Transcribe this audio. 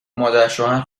مادرشوهر